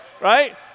right